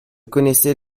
connaissais